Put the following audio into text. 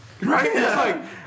Right